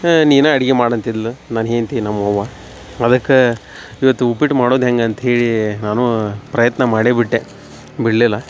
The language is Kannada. ನೀನು ಅಡಿಗೆ ಮಾಡಿ ಅಂತಿದ್ಲ ನನ್ನ ಹೆಂಡತಿ ನಮ್ಮವ್ವ ಅದಕ್ಕ ಇವತ್ತು ಉಪ್ಪಿಟ್ಡು ಮಾಡೋದು ಹೆಂಗೆ ಅಂತ್ಹೇಳಿ ನಾನು ಪ್ರಯತ್ನ ಮಾಡೇಬಿಟ್ಟೆ ಬಿಡ್ಲಿಲ್ಲ